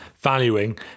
valuing